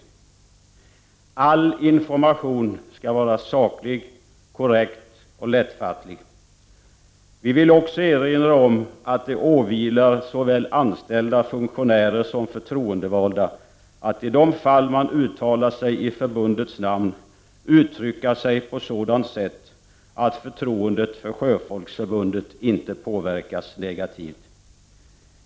All information skall vara saklig, korrekt och lättfattlig. Vi vill också erinra om att det åvilar såväl anställda funktionärer som förtroendevalda att i de fall man uttalar sig i förbundets namn uttrycka sig på sådant sätt att förtroendet för Sjöfolksförbundet inte påverkas negativt.